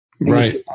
Right